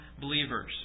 believers